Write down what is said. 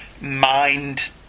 mind